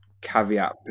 caveat